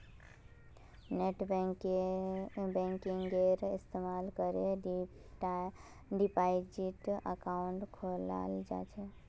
नेटबैंकिंगेर इस्तमाल करे डिपाजिट अकाउंट खोलाल जा छेक